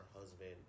husband